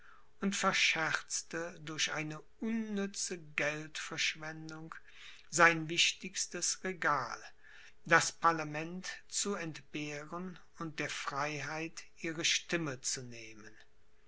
und verscherzte durch eine unnütze geldverschwendung sein wichtigstes regal das parlament zu entbehren und der freiheit ihre stimme zu nehmen